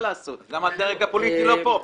אז למה הדרג הפוליטי לא פה?